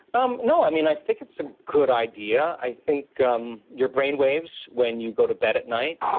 um no, i mean, i think it's a good idea. i think um your brain waves when you go to bed at night,